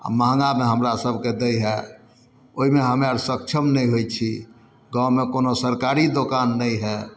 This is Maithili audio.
अऽ महँगामे हमरा सभके दै हइ ओइमे हमे अर सक्षम नहि होइ छी गाँवमे कोनो सरकारी दोकान नहि हइ